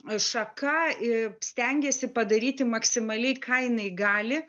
šaka a stengiasi padaryti maksimaliai ką jinai gali